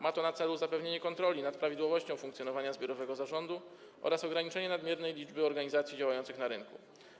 Ma to na celu zapewnienie kontroli nad prawidłowością funkcjonowania zbiorowego zarządu oraz ograniczenie nadmiernej liczby organizacji działających na rynku.